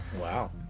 Wow